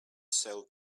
sell